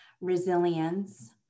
resilience